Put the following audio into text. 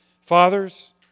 fathers